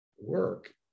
work